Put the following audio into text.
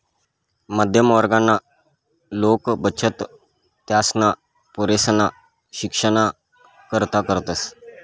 मध्यम वर्गना लोके बचत त्यासना पोरेसना शिक्षणना करता करतस